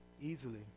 easily